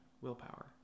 willpower